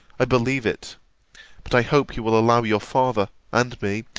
i believe it but i hope you will allow your father, and me,